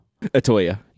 Atoya